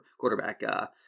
quarterback